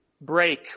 break